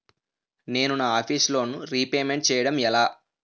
నేను నా office loan repayment చేయడం ఎలా?